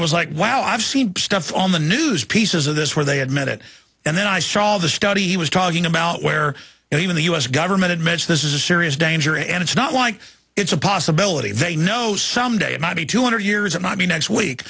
was like wow i've seen stuff on the news pieces of this where they had met it and then i saw the study he was talking about where he when the us government admits this is a serious danger and it's not like it's a possibility they know someday it might be two hundred years and not me next week